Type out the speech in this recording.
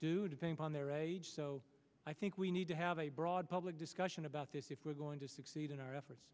do things on their age so i think we need to have a broad public discussion about this if we're going to succeed in our efforts